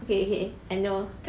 okay okay I know